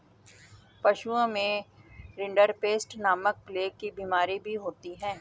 पशुओं में रिंडरपेस्ट नामक प्लेग की बिमारी भी होती है